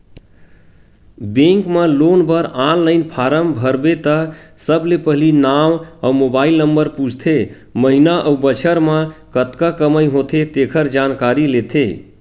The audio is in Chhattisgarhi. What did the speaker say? बेंक म लोन बर ऑनलाईन फारम भरबे त सबले पहिली नांव अउ मोबाईल नंबर पूछथे, महिना अउ बछर म कतका कमई होथे तेखर जानकारी लेथे